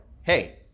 hey